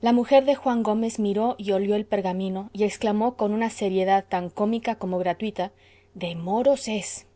la mujer de juan gómez miró y olió el pergamino y exclamó con una seguridad tan cómica como gratuita de moros es